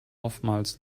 oftmals